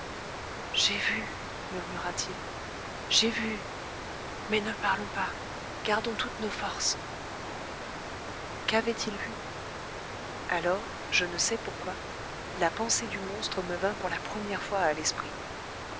j'ai vu murmura-t-il j'ai vu mais ne parlons pas gardons toutes nos forces qu'avait-il vu alors je ne sais pourquoi la pensée du monstre me vint pour la première fois à l'esprit